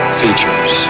features